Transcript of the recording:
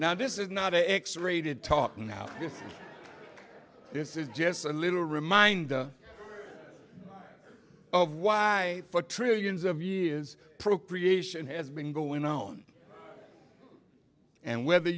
now this is not a x rated talk now this is just a little reminder of why for trillions of years procreation has been going on and whether